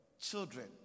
children